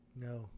No